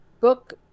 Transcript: Book